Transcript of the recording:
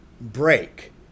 break